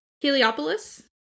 Heliopolis